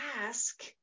ask